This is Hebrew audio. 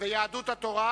ויהדות התורה